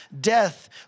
death